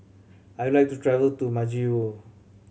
I would like to travel to Majuro